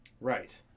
Right